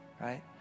right